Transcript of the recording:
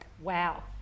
Wow